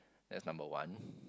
that's number one